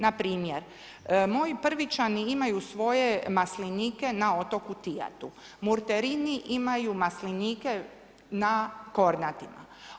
Npr. moj Prvićani imaju svoje maslinike na otoku Tijatu, Murterini imaju maslinike na Kornatima.